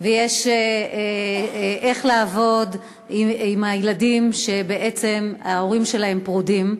ויש איך לעבוד עם הילדים שבעצם ההורים שלהם פרודים,